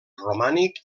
romànic